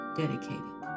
dedicated